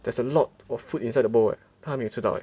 there's a lot of food inside the bowl eh 他还没有吃到玩